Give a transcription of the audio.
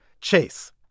Chase